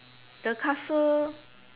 the castle